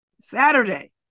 Saturday